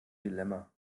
dilemma